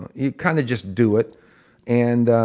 you kind of just do it and, um,